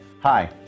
Hi